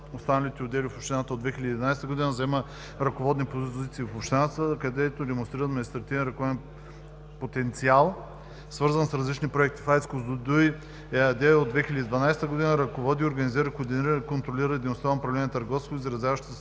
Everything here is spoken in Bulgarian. останалите отдели в общината. От 2011 г. заема ръководни позиции в общината, където демонстрира административен ръководен потенциал, свързан с различни проекти. В АЕЦ „Козлодуй“ ЕАД от 2012 г. ръководи, организира, координира и контролира дейността на управление „Търговско“, изразяващо се